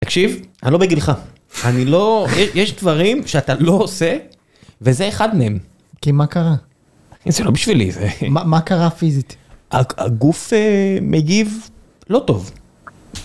תקשיב, אני לא בגילך, אני לא, יש דברים שאתה לא עושה וזה אחד מהם. כי מה קרה? זה לא בשבילי, זה... מה קרה פיזית? הגוף מגיב לא טוב.